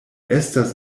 estas